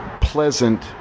pleasant